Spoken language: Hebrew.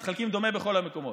הגילים מתחלקים דומה בכל המקומות.